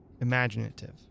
imaginative